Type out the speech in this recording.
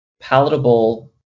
palatable